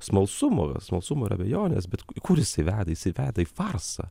smalsumo smalsumo ir abejonės bet kur jisai veda jisai veda į farsą